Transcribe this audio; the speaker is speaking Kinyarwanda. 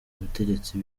butegetsi